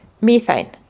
methane